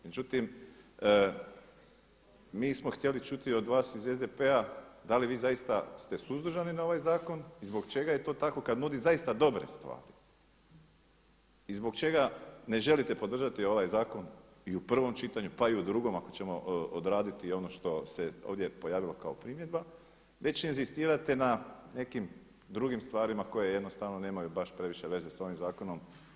Međutim, mi smo htjeli čuti od vas iz SDP-a da li ste vi zaista suzdržani na ovaj zakon i zbog čega je to tako kada nudi zaista dobre stvari i zbog čega ne želite podržati ovaj zakon i u prvom čitanju pa i u drugom ako ćemo odraditi ono što se ovdje pojavilo kao primjedba, već inzistirate na nekim drugim stvarima koje jednostavno nemaju baš previše veze s ovim zakonom.